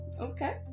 Okay